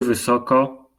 wysoko